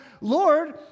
Lord